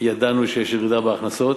ידענו שיש ירידה בהכנסות.